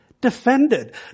defended